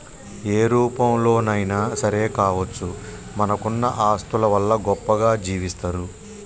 ఏ రూపంలోనైనా సరే కావచ్చు మనకున్న ఆస్తుల వల్ల గొప్పగా జీవిస్తరు